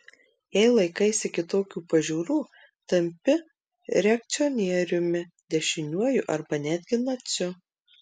jei laikaisi kitokių pažiūrų tampi reakcionieriumi dešiniuoju arba netgi naciu